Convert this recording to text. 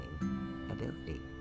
ability